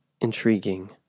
intriguing